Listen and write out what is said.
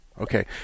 Okay